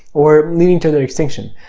or leading to their extinction.